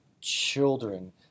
children